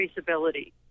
traceability